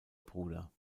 bruder